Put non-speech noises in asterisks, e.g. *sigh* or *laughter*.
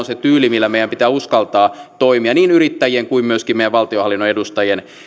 *unintelligible* se tyyli millä meidän pitää uskaltaa toimia niin yrittäjien kuin myöskin meidän valtiohallinnon edustajien